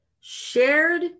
shared